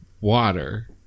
water